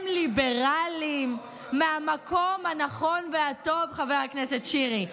הם ליברלים, מהמקום הנכון והטוב, חבר הכנסת שירי.